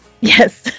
Yes